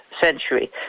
century